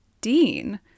dean